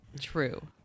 True